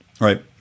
right